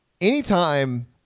anytime